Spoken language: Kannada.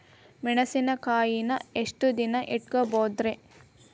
ಮೆಣಸಿನಕಾಯಿನಾ ಎಷ್ಟ ದಿನ ಇಟ್ಕೋಬೊದ್ರೇ?